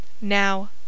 Now